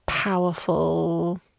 powerful